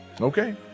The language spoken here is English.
Okay